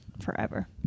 forever